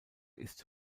ist